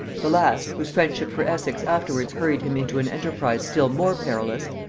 the last, whose friendship for essex afterwards hurried him into an enterprise still more perilous,